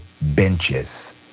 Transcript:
benches